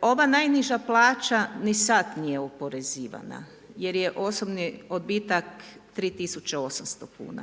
Ova najniža plaća ni sada nije oporezivana, jer je osobni odbitak 3800 kn.